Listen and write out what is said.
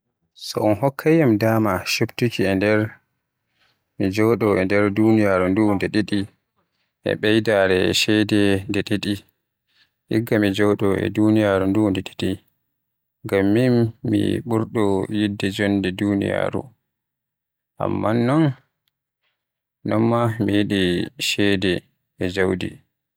So un hokkaym dama chubtuki nder e joɗo nder duniyyaru nde ɗiɗi ko ɓeydaare ceede nde ɗiɗi, igga mi jooɗo e dunayyaru nde ɗiɗi. Ngam min mi ɓurɗo yidde jonde dunaayaru. Amma non ma mi yiɗi ceede e jawdi.